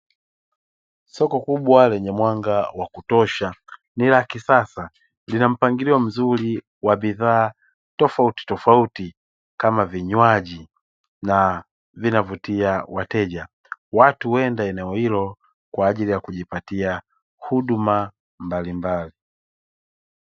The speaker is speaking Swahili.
Soko kubwa lenye mwanga wa kutosha ni la kisasa, lina mpangilio mzuri wa bidhaa tofautitofauti kama vinywaji na linavutia wateja. Watu huenda katika eneo hilo kwa ajili ya kujipatia huduma mbalimbali.